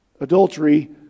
adultery